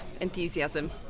enthusiasm